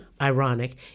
ironic